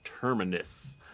Terminus